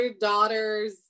daughter's